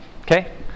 Okay